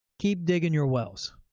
keep digging your wells.